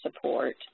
support